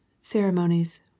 ceremonies